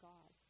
God